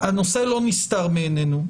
הנושא לא נסתר מעינינו.